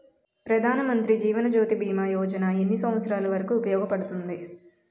ప్రధాన్ మంత్రి జీవన్ జ్యోతి భీమా యోజన ఎన్ని సంవత్సారాలు వరకు ఉపయోగపడుతుంది?